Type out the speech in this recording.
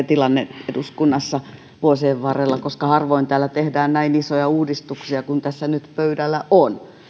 tilanne eduskunnassa vuosien varrella koska harvoin täällä tehdään näin isoja uudistuksia kuin tässä nyt pöydällä on